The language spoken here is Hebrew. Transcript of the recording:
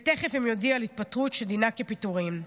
ותכף הם יודיעו על התפטרות שדינה כפיטורין.